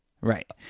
Right